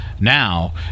Now